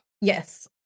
Yes